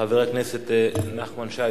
חבר הכנסת נחמן שי,